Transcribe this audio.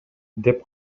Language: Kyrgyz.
деп